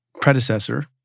predecessor